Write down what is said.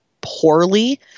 poorly